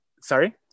Sorry